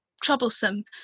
troublesome